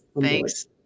Thanks